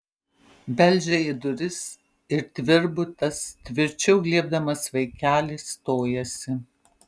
beldžia į duris ir tvirbutas tvirčiau glėbdamas vaikelį stojasi